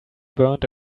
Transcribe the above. burned